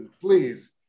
please